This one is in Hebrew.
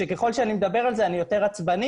שככל שאני מדבר על זה אני יותר עצבני.